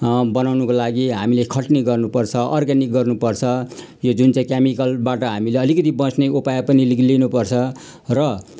बनाउनुको लागि हामीले खट्नी गर्नु पर्छ अर्गानिक गर्नु पर्छ यो जुन चाहिँ केमिकलबाट हामीले अलिकिति बच्ने उपाय पनि लि लिनु पर्छ र